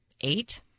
eight